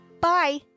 Bye